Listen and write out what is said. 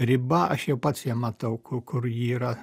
riba aš jau pats ją matau ku kur ji yra